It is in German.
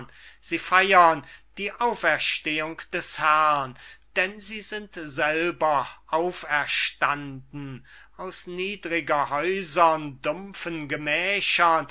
sie feyern die auferstehung des herrn denn sie sind selber auferstanden aus niedriger häuser dumpfen gemächern